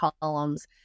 columns